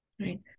right